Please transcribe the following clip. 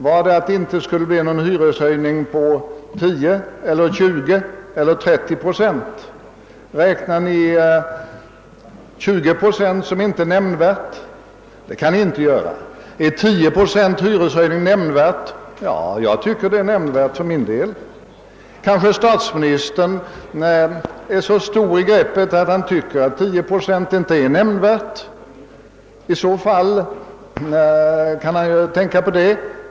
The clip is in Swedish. Var det att det inte skulle bli någon hyreshöjning på 10, 20 eller 30 procent? Räknar Ni 20 procent som inte nämnvärt? Det kan Ni inte göra. är 10 procents hyreshöjning nämnvärd? Jag tycker det. Kanske statsministern är så stor i greppet att han menar att 10 procent inte är nämnvärt; i så fall kan han hänvisa till det.